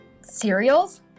Cereals